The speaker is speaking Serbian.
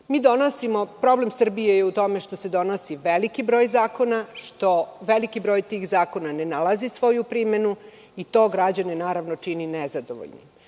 Problem Srbije je u tome što se donosi veliki broj zakona, što veliki broj tih zakona ne nalazi svoju primenu i to građane čini nezadovoljnim.